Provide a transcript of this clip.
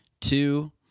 Two